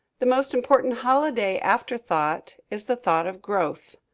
the most important holiday afterthought is the thought of growth.